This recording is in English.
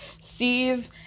Steve